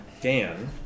Dan